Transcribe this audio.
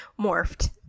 Morphed